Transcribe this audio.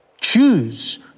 Choose